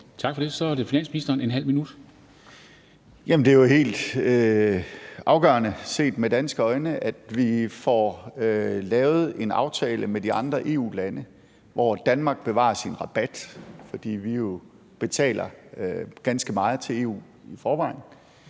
halvt minut. Kl. 13:04 Finansministeren (Nicolai Wammen): Det er jo helt afgørende set med danske øjne, at vi får lavet en aftale med de andre EU-lande, hvor Danmark bevarer sin rabat – fordi vi jo betaler ganske meget til EU i forvejen